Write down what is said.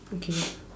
okay